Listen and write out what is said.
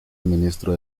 ministro